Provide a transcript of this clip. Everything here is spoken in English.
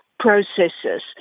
processes